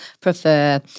prefer